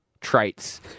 traits